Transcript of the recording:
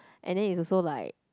and then it's also like